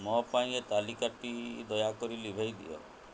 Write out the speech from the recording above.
ମୋ ପାଇଁ ଏ ତାଲିକାଟି ଦୟାକରି ଲିଭେଇ ଦିଅ